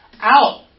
out